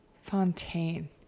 Fontaine